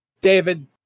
David